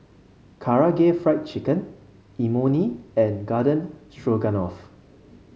Karaage Fried Chicken Imoni and Garden Stroganoff